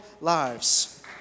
lives